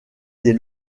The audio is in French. des